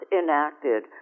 enacted